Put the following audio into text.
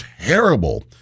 terrible